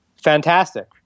Fantastic